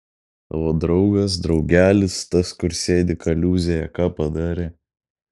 tavo draugas draugelis tas kur sėdi kaliūzėje ką padarė